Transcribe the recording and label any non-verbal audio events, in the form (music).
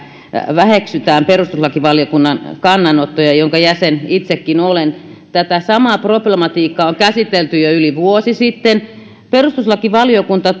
väheksytään perustuslakivaliokunnan kannanottoja jonka jäsen itsekin olen tätä samaa problematiikkaa on käsitelty jo yli vuosi sitten perustuslakivaliokunta (unintelligible)